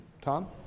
Tom